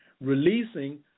releasing